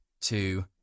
two